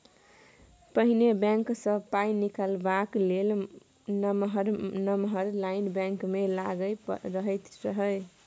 पहिने बैंक सँ पाइ निकालबाक लेल नमहर नमहर लाइन बैंक मे लागल रहैत रहय